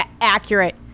accurate